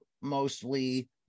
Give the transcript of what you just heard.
mostly